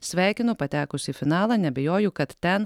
sveikinu patekus į finalą neabejoju kad ten